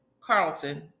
carlton